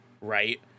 right